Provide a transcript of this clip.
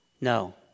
No